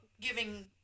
giving